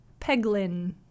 Peglin